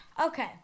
Okay